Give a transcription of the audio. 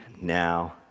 now